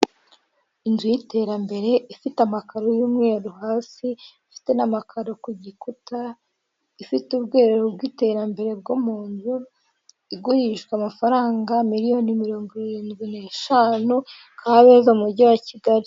Inzu y'iterambere ifite amakaro y'umweru hasi, ifite n'amakaro ku gikuta, ifite ubwiherero bw'iterambere bwo mu nzu, igurishwa amafaranga miriyoni mirongo irindwi n'eshanu Kabeza mu mujyi wa Kigali.